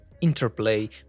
interplay